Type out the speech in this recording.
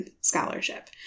scholarship